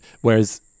Whereas